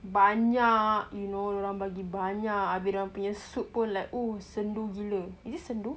banyak you know dorang bagi banyak abih dorang punya soup pun like sendu gila is it sendu